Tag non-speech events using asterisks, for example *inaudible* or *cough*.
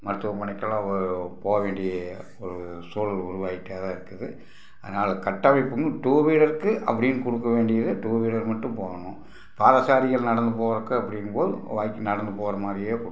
மருத்துவமனைக்கெல்லாம் ஒரு போக வேண்டிய ஒரு சூழல் உருவாகிட்டே தான் இருக்குது அதனால் கட்டமைப்பு வந்து டூ வீலர்க்கு அப்படின்னு கொடுக்க வேண்டியது டூ வீலர் மட்டும் போகணும் பாற *unintelligible* நடந்து போகிறதுக்கு அப்படினும் போது வாக்கிங் நடந்து போகிற மாதிரியே கொடுக்கணும்